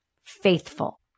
faithful